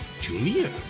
Junior